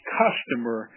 customer